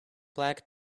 black